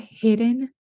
hidden